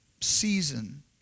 season